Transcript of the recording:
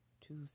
two